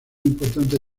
importante